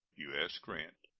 u s. grant.